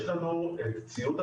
יש לנו את הציוד,